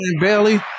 Bailey